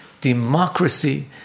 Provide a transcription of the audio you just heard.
democracy